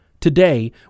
Today